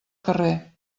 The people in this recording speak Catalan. carrer